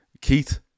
Keith